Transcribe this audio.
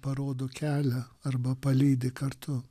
parodo kelią arba palydi kartu